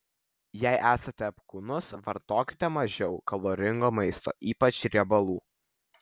jei esate apkūnus vartokite mažiau kaloringo maisto ypač riebalų